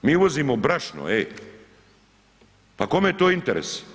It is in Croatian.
Mi uvozimo brašno, ej, pa kome je to interes?